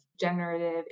generative